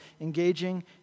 engaging